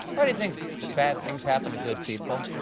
why do you think bad things happen to good people?